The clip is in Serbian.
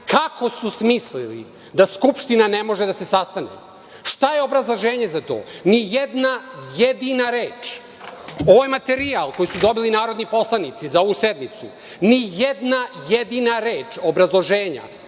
kako su smislili da Skupština ne može da se sastane. Šta je obrazloženje za to? Ni jedna jedina reč. Ovo je materijal koji su dobili narodni poslanici za ovu sednicu. Ni jedna jedina reč obrazloženja